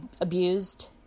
abused